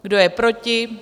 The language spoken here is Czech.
Kdo je proti?